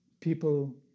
People